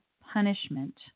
Punishment